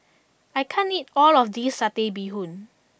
I can't eat all of this Satay Bee Hoon